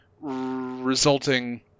resulting